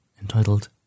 entitled